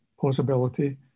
possibility